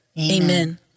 Amen